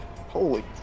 Holy